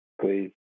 please